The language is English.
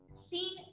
Scene